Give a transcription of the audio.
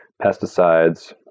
pesticides